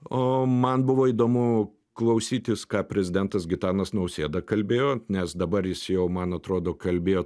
o man buvo įdomu klausytis ką prezidentas gitanas nausėda kalbėjo nes dabar jis jau man atrodo kalbėjo